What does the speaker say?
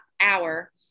hour